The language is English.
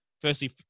firstly